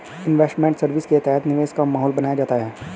investment service के तहत निवेश का माहौल बनाया जाता है